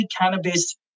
cannabis